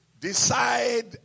decide